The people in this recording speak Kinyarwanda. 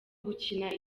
gukina